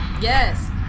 Yes